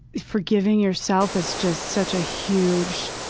forgiving yourself is just such a huge,